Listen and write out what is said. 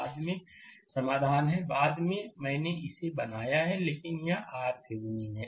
बाद में समाधान है बाद में मैंने इसे बनाया है लेकिन यह RThevenin है